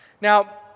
Now